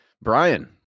brian